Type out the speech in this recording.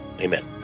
Amen